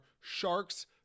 sharks